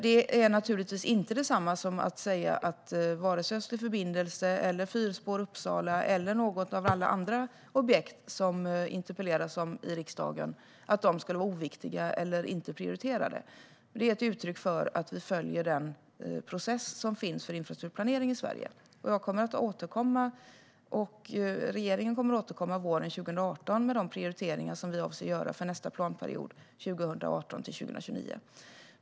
Detta är naturligtvis inte detsamma som att säga att Östlig förbindelse, fyrspår till Uppsala eller något annat av alla de objekt som det interpelleras om i riksdagen skulle vara oviktiga eller inte prioriterade. Det är ett uttryck för att vi följer den process som finns när det gäller infrastrukturplanering i Sverige. Regeringen kommer att återkomma våren 2018 med de prioriteringar vi avser att göra för nästa planperiod, 2018-2029.